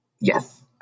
Yes